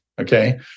Okay